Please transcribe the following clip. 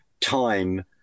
time